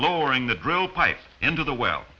lowering the drill pipe into the well